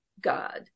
God